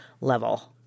level